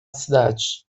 cidade